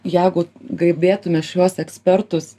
jeigu gebėtume šiuos ekspertus